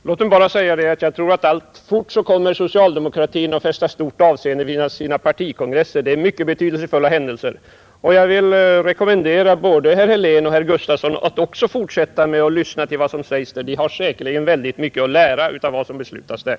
Herr talman! Låt mig bara säga att jag tror att socialdemokratin alltfort kommer att fästa stort avseende vid sina partikongresser. De är mycket betydelsefulla händelser, och jag vill rekommendera både herr Helén och herr Gustafson i Göteborg att också fortsätta med att lyssna på vad som sägs där. De har säkerligen mycket att lära av vad som beslutas där.